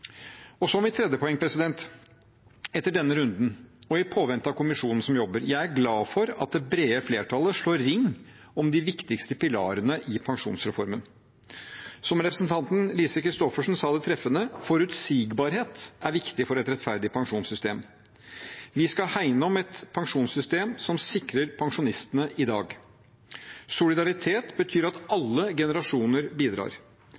Så mitt tredje poeng: Etter denne runden og i påvente av kommisjonen som jobber, er jeg glad for at det brede flertallet slår ring om de viktigste pilarene i pensjonsreformen. Som representanten Lise Christoffersen sa det treffende: Forutsigbarhet er viktig for et rettferdig pensjonssystem. Vi skal hegne om et pensjonssystem som sikrer pensjonistene i dag. Solidaritet betyr at alle generasjoner bidrar.